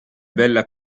bella